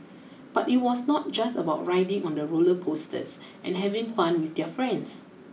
but it was not just about riding on the roller coasters and having fun with their friends